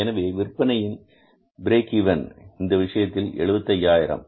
எனவே விற்பனையின் break even இந்த விஷயத்தில் ரூபாய் 75000